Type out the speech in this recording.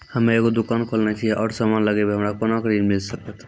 हम्मे एगो दुकान खोलने छी और समान लगैबै हमरा कोना के ऋण मिल सकत?